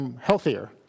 healthier